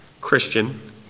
Christian